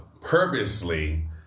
purposely